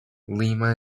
lima